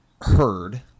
heard